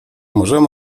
możemy